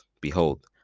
Behold